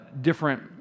different